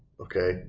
okay